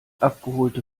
abgeholte